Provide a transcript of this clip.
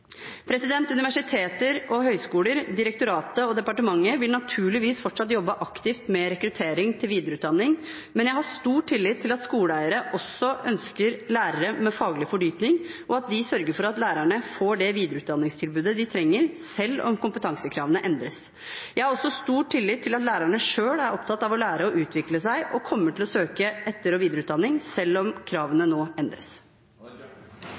Universiteter og høyskoler, direktoratet og departementet vil naturligvis fortsatt jobbe aktivt med rekruttering til videreutdanning, men jeg har stor tillit til at skoleeiere også ønsker lærere med faglig fordypning, og at de sørger for at lærerne får det videreutdanningstilbudet de trenger, selv om kompetansekravene endres. Jeg har også stor tillit til at lærerne selv er opptatt av å lære og utvikle seg, og at de kommer til å søke etter- og videreutdanning selv om kravene nå endres.